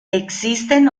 existen